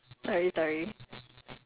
eh sorry about today